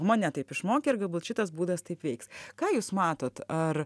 mane taip išmokė ir galbūt šitas būdas taip veiks ką jūs matot ar